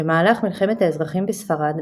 במהלך מלחמת האזרחים בספרד,